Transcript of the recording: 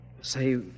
Say